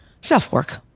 self-work